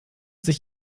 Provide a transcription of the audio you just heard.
sich